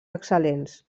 excel·lents